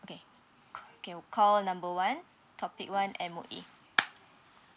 okay okay call number one topic one M_O_E